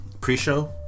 pre-show